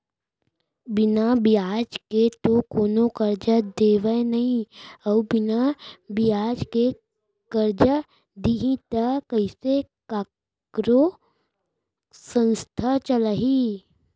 बिना बियाज के तो कोनो करजा देवय नइ अउ बिना बियाज के करजा दिही त कइसे कखरो संस्था चलही